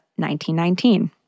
1919